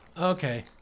okay